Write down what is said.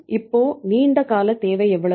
இப்போ நீண்ட கால தேவை எவ்வளவு